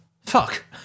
fuck